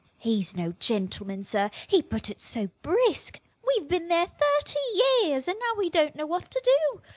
he's no gentleman, sir he put it so brisk. we been there thirty years, and now we don't know what to do.